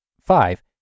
Five